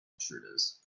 intruders